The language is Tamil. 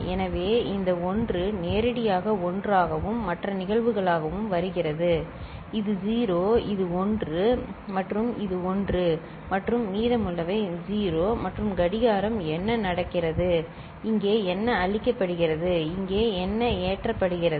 எனவே இந்த 1 நேரடியாக 1 ஆகவும் மற்ற நிகழ்வுகளாகவும் வருகிறது இது 0 இது 1 இது 1 மற்றும் இது 1 மற்றும் மீதமுள்ளவை 0 மற்றும் கடிகாரம் என்ன நடக்கிறது இங்கே என்ன அளிக்கப்படுகிறது இங்கே என்ன ஏற்றப்படுகிறது